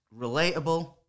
relatable